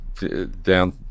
Down